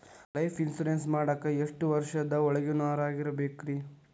Life insurance ಮಾಡಾಕ ಎಷ್ಟು ವರ್ಷದ ಒಳಗಿನವರಾಗಿರಬೇಕ್ರಿ?